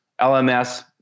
LMS